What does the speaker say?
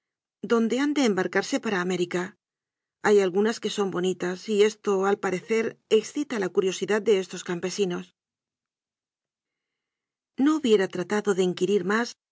de han de embarcarse para américa hay algunas que son bonitas y esto al parecer excita la curio sidad de estos campesinos no hubiera tratado de inquirir más